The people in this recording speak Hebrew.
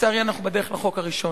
ולצערי אנחנו בדרך לחוק הראשון.